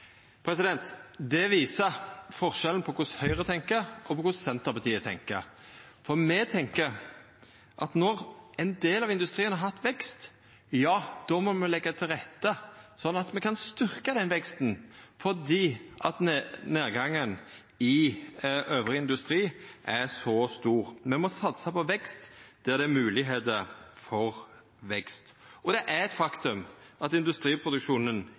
Det viser forskjellen på korleis Høgre tenkjer og korleis Senterpartiet tenkjer. Me tenkjer at når ein del av industrien har hatt vekst, då må me leggja til rette sånn at me kan styrkja den veksten fordi nedgangen i annan industri er så stor. Me må satsa på vekst der det er moglegheiter for vekst. Det er eit faktum at industriproduksjonen